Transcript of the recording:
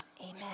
Amen